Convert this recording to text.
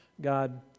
God